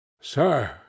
Sir